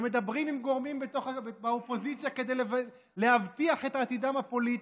ומדברים עם גורמים באופוזיציה כדי להבטיח את עתידם הפוליטי.